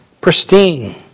pristine